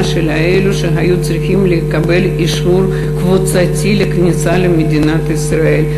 של אלו שהיו צריכים לקבל אישור קבוצתי לכניסה למדינת ישראל,